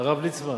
הרב ליצמן,